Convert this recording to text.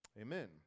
Amen